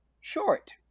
short